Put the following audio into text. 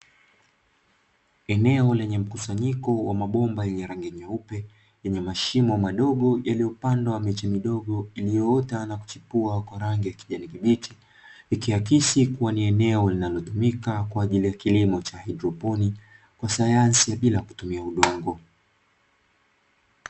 Eneo lenye mkusanyiko wa mabomba yenye rangi nyeupe, yenye mashimo madogo yaliyopandwa miche midogo iliyoota na kuchipua kwa rangi ya kijani kibichi, ikiakisi kuwa ni eneo linalotumika kwa ajili ya kilimo cha haidroponi, kwa sayansi ya bila kutumia udongo.